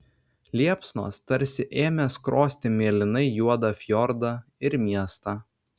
liepsnos tarsi ėmė skrosti mėlynai juodą fjordą ir miestą